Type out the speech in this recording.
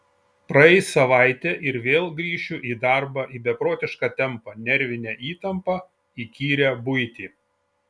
praeis savaitė ir vėl grįšiu į darbą į beprotišką tempą nervinę įtampą įkyrią buitį